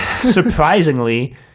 Surprisingly